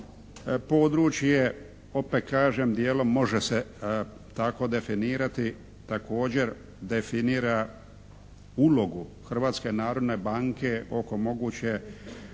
područje opet kažem, dijelom može se tako definirati, također definira ulogu Hrvatske narodne banke oko mogućeg